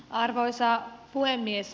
arvoisa puhemies